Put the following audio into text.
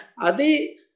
Adi